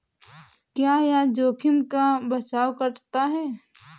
क्या यह जोखिम का बचाओ करता है?